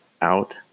out